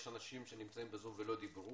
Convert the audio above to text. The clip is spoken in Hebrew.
אני ממש מתנצל בפני כל מי שנכח בזום ולא דיבר,